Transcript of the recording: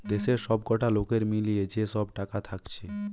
দেশের সবকটা লোকের মিলিয়ে যে সব টাকা থাকছে